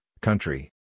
country